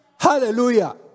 Hallelujah